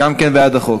גם כן בעד החוק.